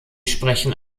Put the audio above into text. sprechen